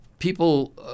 people